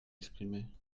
exprimée